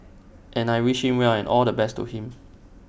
and I wished him well and all the best to him